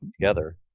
together